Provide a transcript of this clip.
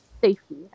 safety